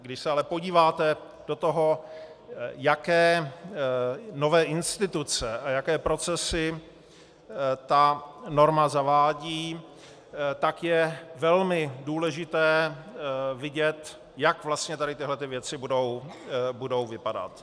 Když se ale podíváte do toho, jaké nové instituce a jaké procesy norma zavádí, je velmi důležité vidět, jak vlastně tady tyhle ty věci budou vypadat.